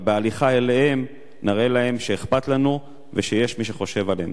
אבל בהליכה אליהם נראה להם שאכפת לנו ושיש מי שחושב עליהם.